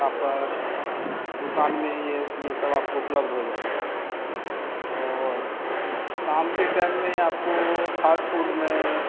पापड़ दुकान में यह यह सब आपको उपलब्ध हो जाएगा और शाम के टाइम में आपको फास्ट फ़ूड में